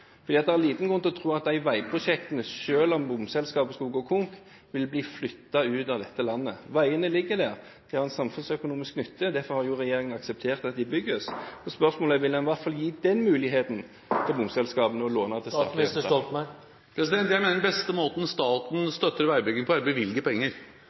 om bompengeselskapet skulle gå konkurs, ville bli flyttet ut av landet. Veiene ligger der, de har en samfunnsøkonomisk nytte, og derfor har regjeringen akseptert at de bygges. Spørsmålet er: Vil man i hvert fall gi bompengeselskapene muligheten til å låne til samme rente som i Danmark? Jeg mener at den beste måten staten støtter veibygging på, er ved å bevilge penger.